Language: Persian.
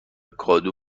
کادو